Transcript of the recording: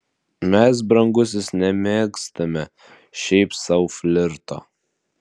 mes brangusis nemėgstame šiaip sau flirto